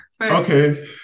Okay